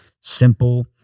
simple